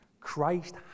Christ